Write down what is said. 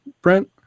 brent